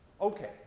Okay